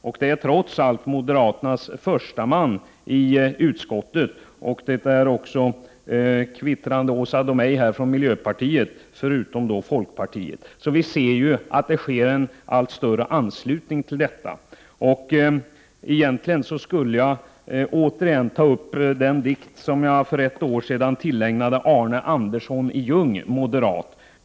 Men det är trots allt moderaternas försteman i utskottet, och det är också den kvittrande Åsa Domeij från miljöpartiet, förutom folkpartiet. Vi ser alltså att det blir en allt större anslutning. Egentligen skulle jag återigen ta upp den dikt som jag för ett år sedan tillägnade Arne Andersson i Ljung, moderat.